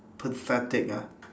pathetic ah